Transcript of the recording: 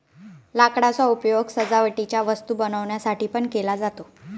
लाकडाचा उपयोग सजावटीच्या वस्तू बनवण्यासाठी पण केला जातो